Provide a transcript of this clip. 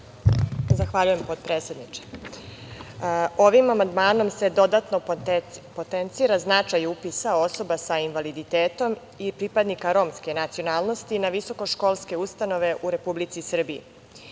Zahvaljujem, potpredsedniče. Ovim amandmanom se dodatno potencira značaj upisa osoba sa invaliditetom i pripadnika Romske nacionalnosti na visokoškolske ustanove u Republici